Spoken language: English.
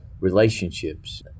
relationships